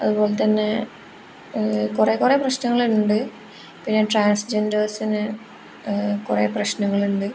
അതുപോലെത്തന്നെ കുറേ കുറേ പ്രശ്നങ്ങളുണ്ട് പിന്നെ ട്രാൻസ്ജെൻറേഴ്സിന് കുറേ പ്രശ്നങ്ങളുണ്ട്